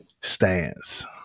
stance